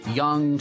young